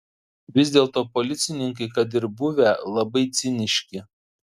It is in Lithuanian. vis dėlto policininkai kad ir buvę labai ciniški